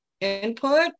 input